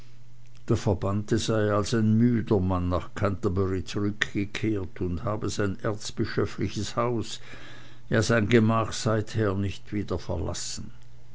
der verbannte sei als ein müder mann nach canterbury zurückgekehrt und habe sein erzbischöfliches haus ja sein gemach seither nicht wieder verlassen